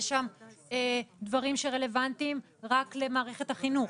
יש שם דברים שרלוונטיים רק למערכת החינוך,